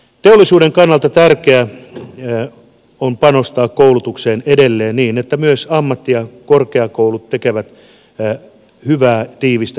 teollisuuden kannalta tärkeää on panostaa koulutukseen edelleen niin että myös ammatti ja korkeakoulut tekevät hyvää tiivistä yhteistyötä